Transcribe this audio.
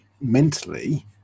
mentally